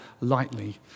lightly